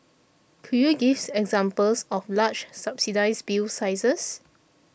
could you give examples of large subsidised bill sizes